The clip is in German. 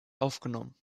aufgenommen